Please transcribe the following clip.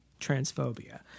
transphobia